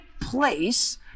place